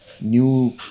new